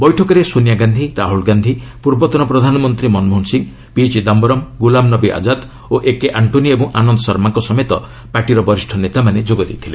ବୈଠକରେ ସୋନିଆ ଗାନ୍ଧି ରାହୁଳ ଗାନ୍ଧି ପୂର୍ବତନ ପ୍ରଧାନମନ୍ତ୍ରୀ ମନମୋହନ ସିଂ ପିଚିଦାୟରମ୍ ଗୁଲାମନବୀ ଆଜାଦ ଏକେ ଆଣ୍ଟ୍ରୋନି ଓ ଆନନ୍ଦ ଶର୍ମାଙ୍କ ସମେତ ପାର୍ଟିର ବରିଷ୍ଣ ନେତାମାନେ ଯୋଗଦେଇଥିଲେ